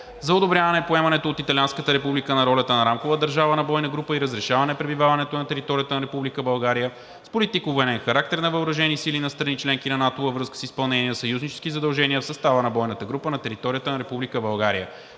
за одобряване поемането от Италианската република на ролята на рамкова държава на бойна група и разрешаване пребиваването на територията на Република България с политико-военен характер на въоръжени сили на страни – членки на НАТО, във връзка с изпълнение на съюзнически задължения в състава на бойната група на територията на Република България.